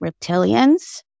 Reptilians